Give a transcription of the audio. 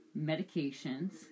medications